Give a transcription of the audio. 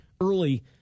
early